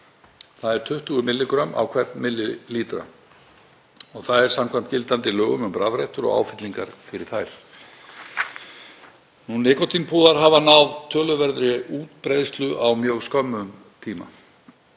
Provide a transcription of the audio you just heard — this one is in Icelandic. milligrömm á hvern millilítra. Það er samkvæmt gildandi lögum um rafrettur og áfyllingar fyrir þær. Nikótínpúðar hafa náð töluverðri útbreiðslu á mjög skömmum tíma.